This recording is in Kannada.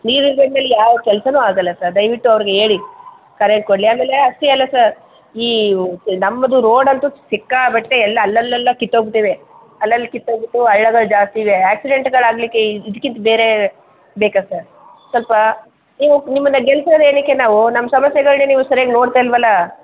ನೀರಿಲ್ಲದೇ ಇದ್ದ ಮೇಲೆ ಯಾವ ಕೆಲಸನೂ ಆಗೋಲ್ಲ ಸರ್ ದಯವಿಟ್ಟು ಅವ್ರಿಗೆ ಹೇಳಿ ಕರೆಂಟ್ ಕೊಡಲಿ ಆಮೇಲೆ ಅಷ್ಟೇ ಅಲ್ಲ ಸರ್ ಈ ನಮ್ಮದು ರೋಡ್ ಅಂತೂ ಸಿಕ್ಕಾಪಟ್ಟೆ ಎಲ್ಲ ಅಲ್ಲಲ್ಲಿ ಅಲ್ಲಿ ಕಿತ್ತೋಗ್ಬಿಟ್ಟಿವೆ ಅಲ್ಲಲ್ಲಿ ಕಿತ್ತೋಗ್ಬಿಟ್ಟು ಹಳ್ಳಗಳ್ ಜಾಸ್ತಿ ಇವೆ ಆಕ್ಸಿಡೆಂಟ್ಗಳು ಆಗಲಿಕ್ಕೆ ಇದ್ಕಿಂತ ಬೇರೆ ಬೇಕಾ ಸರ್ ಸ್ವಲ್ಪ ನೀವು ನಿಮ್ಮನ್ನ ಗೆಲ್ಲಿಸೋದು ಏನಕ್ಕೆ ನಾವು ನಮ್ಮ ಸಮಸ್ಯೆಗಳನ್ನೇ ನೀವು ಸರಿಯಾಗಿ ನೋಡ್ತಾ ಇಲ್ಲವಲ್ಲಾ